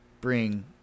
bring